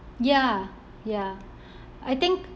ya ya I think